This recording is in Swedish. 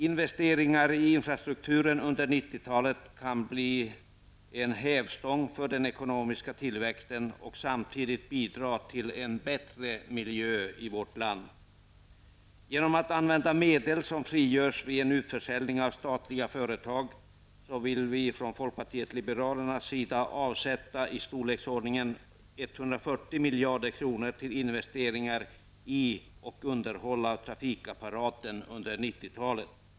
Investeringarna i infrastrukturen under 90-talet kan komma att bli en hävstång för den ekonomiska tillväxten och samtidigt bidra till en bättre miljö i vårt land. Genom att använda medel som frigörs vid en utförsäljning av statliga företag vill folkpartiet liberalerna avsätta i storleksordningen 140 miljarder kronor till investeringar i och underhåll av trafikapparaten under 90-talet.